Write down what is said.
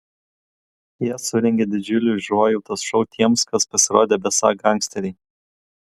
jie surengė didžiulį užuojautos šou tiems kas pasirodė besą gangsteriai